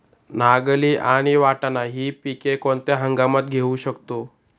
नागली आणि वाटाणा हि पिके कोणत्या हंगामात घेऊ शकतो?